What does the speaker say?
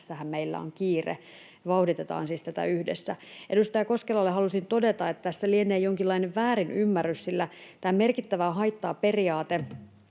tässähän meillä on kiire. Vauhditetaan siis tätä yhdessä. Edustaja Koskelalle haluaisin todeta, että tässä lienee jonkinlainen väärinymmärrys, sillä tätä ei merkittävää haittaa ‑periaatetta